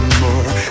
more